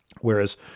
Whereas